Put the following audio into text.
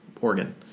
organ